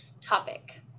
topic